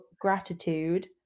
gratitude